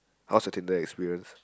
how's your Tinder experience